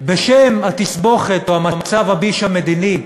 בשם התסבוכת או מצב הביש המדיני,